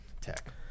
Tech